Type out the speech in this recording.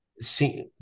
see